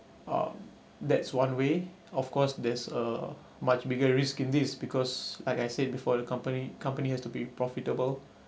um that's one way of course there's a much bigger risk in this because like I said before the company company has to be profitable